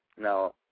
Now